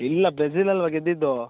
ಇಲ್ಲ ಬ್ರೆಜಿಲ್ ಅಲ್ಲವಾ ಗೆದ್ದಿದ್ದು